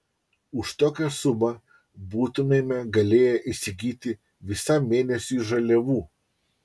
už tokią sumą būtumėme galėję įsigyti visam mėnesiui žaliavų